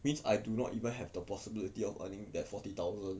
mean I do not even have the possibility of earning that forty thousand